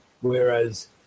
Whereas